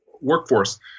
workforce